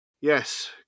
Yes